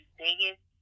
biggest